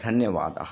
धन्यवादः